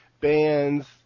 bands